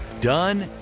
Done